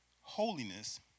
holiness